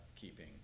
keeping